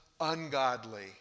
ungodly